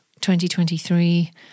2023